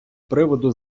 приводу